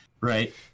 Right